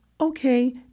okay